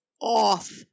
off